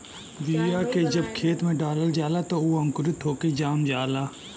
बीया के जब खेत में डालल जाला त उ अंकुरित होके जाम जाला